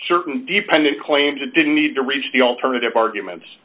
certain dependent claims it didn't need to reach the alternative arguments